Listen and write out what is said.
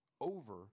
over